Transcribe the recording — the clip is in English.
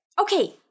Okay